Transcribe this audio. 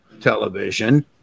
television